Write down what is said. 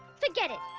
forget it!